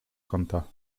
kąta